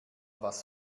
was